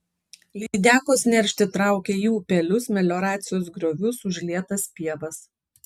lydekos neršti traukia į upelius melioracijos griovius užlietas pievas